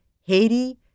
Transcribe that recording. Haiti